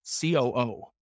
COO